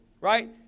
right